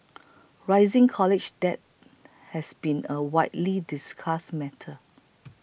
rising college debt has been a widely discussed matter